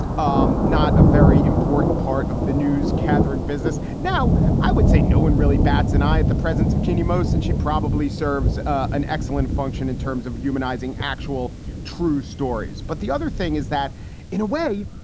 um not a very important part of the news gathering business. now, i would say no one really bats an eye at the presence of genea most, and she probably serves an excellent function in terms of humanizing actual true stories. but the other thing is that in a way,